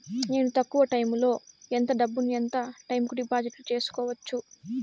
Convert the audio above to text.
నేను తక్కువ టైములో ఎంత డబ్బును ఎంత టైము కు డిపాజిట్లు సేసుకోవచ్చు?